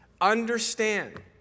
understand